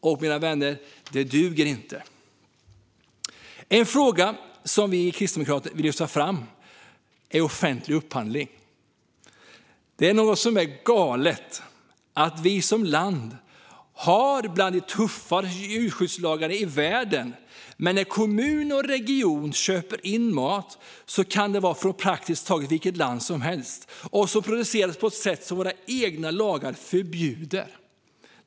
Det duger inte, mina vänner. En fråga som vi kristdemokrater vill lyfta fram är offentlig upphandling. Det är något som är galet där. Vi som land har bland de tuffaste djurskyddslagarna i världen, men när kommuner och regioner köper in mat kan den komma från praktiskt taget vilket land som helst och ha producerats på ett sätt som våra egna lagar förbjuder.